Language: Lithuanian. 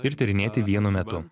ir tyrinėti vienu metu